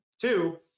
Two